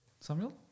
Samuel